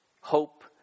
hope